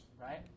right